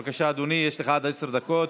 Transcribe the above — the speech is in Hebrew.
בבקשה, אדוני, יש לך עד עשר דקות,